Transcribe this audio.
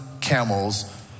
camels